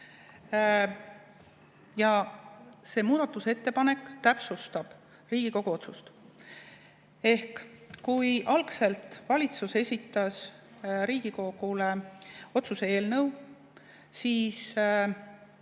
ja see muudatusettepanek täpsustab Riigikogu otsust. Ehk kui algselt valitsus esitas Riigikogule otsuse eelnõu, siis